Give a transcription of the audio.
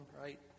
right